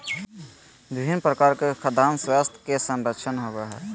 विभिन्न प्रकार के खाद्यान स्वास्थ्य के संरक्षण होबय हइ